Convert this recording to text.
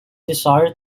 desire